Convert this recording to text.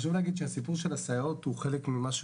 חשוב להגיד שהסיפור של הסייעות הוא חלק ממשהו